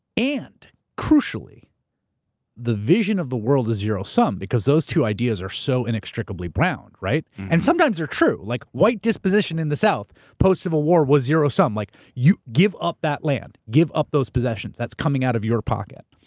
and crucially the vision of the world as zero sum, because those two ideas are so inextricably bound, right? and sometimes they're true. like white disposition in the south post civil war was zero sum. like give up that land. give up those possessions. that's coming out of your pocket.